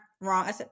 wrong